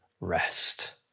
rest